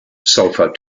sulfur